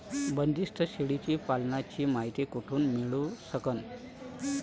बंदीस्त शेळी पालनाची मायती कुठून मिळू सकन?